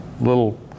little